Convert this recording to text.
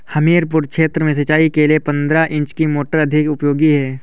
हमीरपुर क्षेत्र में सिंचाई के लिए पंद्रह इंची की मोटर अधिक उपयोगी है?